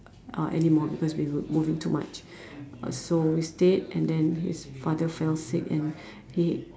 uh anymore because we were moving too much uh so we stayed and then his father fell sick and he